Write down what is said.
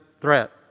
threat